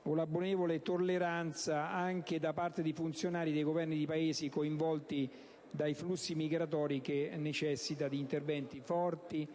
con la benevola tolleranza anche da parte dei funzionari dei Governi dei Paesi coinvolti dai flussi migratori, che necessita di interventi forti